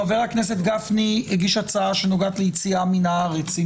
חבר הכנסת גפני הגיש הצעה שנוגעת ליציאה מן הארץ.